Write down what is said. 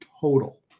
total